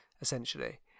essentially